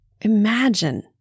imagine